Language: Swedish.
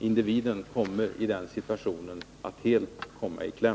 Individen hamnar i den situationen att han helt kommer i kläm.